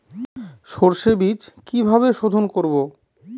সর্ষে বিজ কিভাবে সোধোন করব?